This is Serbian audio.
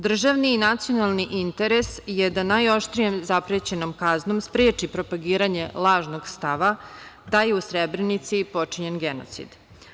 Državni i nacionalni interes je da najoštrijom zaprećenom kaznom spreči propagiranje lažnog stava da je u Srebrenici počinjen genocid.